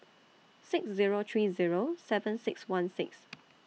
six Zero three Zero seven six one six